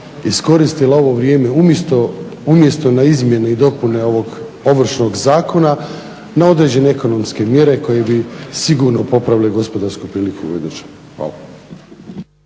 iskoristila ovo vrijeme umjesto na izmjene i dopune ovog Ovršnog zakona, na određene ekonomske mjere koje bi sigurno popravile gospodarsku priliku u